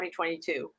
2022